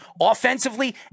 offensively